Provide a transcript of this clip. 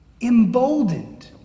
emboldened